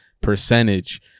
percentage